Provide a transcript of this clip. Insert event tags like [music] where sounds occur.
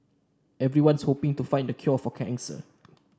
everyone's hoping to find the cure for cancer [noise]